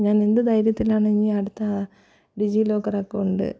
ഞാൻ എന്ത് ധൈര്യത്തിലാണ് ഇനി അടുത്ത ആ ഡിജി ലോക്കർ അക്കൗണ്ട്